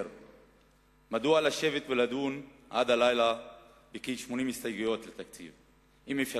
מדוע לשבת ולדון עד הלילה בכ-80 הסתייגויות לתקציב אם אפשר